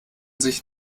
sich